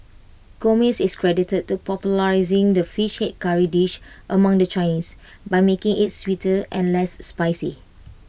Gomez is credited to popularising the fish Head Curry dish among the Chinese by making IT sweeter and less spicy